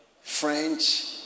French